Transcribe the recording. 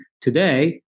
today